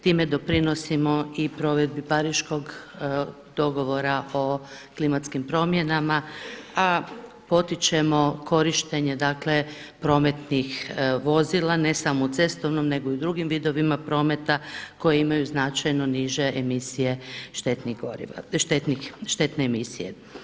Time doprinosimo dogovora o klimatskim promjenama a potičemo korištenje dakle prometnih vozila ne samo u cestovnom nego i u drugim vidovima prometa koji imaju značajno niže emisije štetnih goriva, štetne emisije.